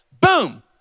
Boom